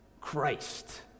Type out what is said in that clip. Christ